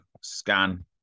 scan